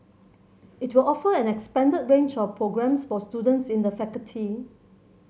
it will offer an expanded range of programmes for students in the faculty